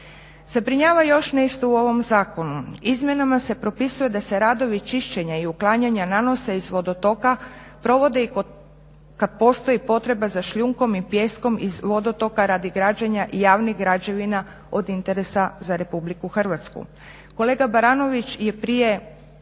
Zabrinjava još nešto u ovom zakonu. Izmjenama se propisuje da se radovi čišćenja i uklanjanja nanose iz vodotoka, provode kada postoji potreba za šljunkom i pijeskom iz vodotoka radi građenja javnih građevina od interesa za Republiku Hrvatsku. Kolega Baranović je prije